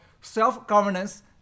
self-governance